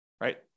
right